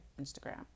Instagram